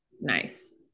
Nice